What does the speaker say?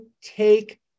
take